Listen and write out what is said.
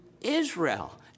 Israel